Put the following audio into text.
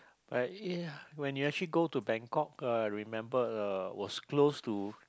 like ya when you actually go to Bangkok I remember uh was close to